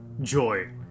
Joy